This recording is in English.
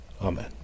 Amen